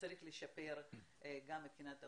שצריך לשפר גם מבחינת העולים.